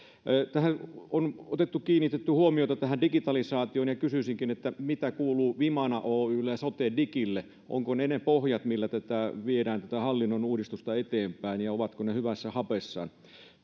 on kiinnitetty huomiota tähän digitalisaatioon ja kysyisinkin mitä kuuluu vimana oylle ja sotedigille ovatko ne ne pohjat millä tätä hallinnon uudistusta viedään eteenpäin ja ovatko ne hyvässä hapessa